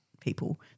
people